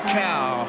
cow